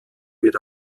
wird